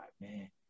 man